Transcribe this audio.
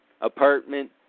apartment